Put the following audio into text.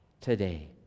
today